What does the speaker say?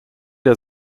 der